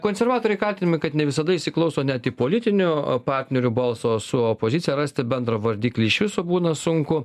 konservatoriai kaltinami kad ne visada įsiklauso net į politinių partnerių balsą o su opozicija rasti bendrą vardiklį iš viso būna sunku